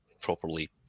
properly